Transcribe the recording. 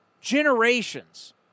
Generations